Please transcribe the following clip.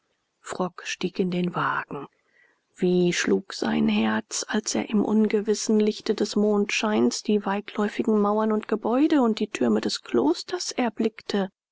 frock stieg in den wagen wie schlug sein herz als er im ungewissen lichte des mondscheins die weitläufigen mauern und gebäude und die türme des klosters erblickte